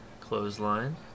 Clothesline